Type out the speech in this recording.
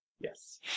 Yes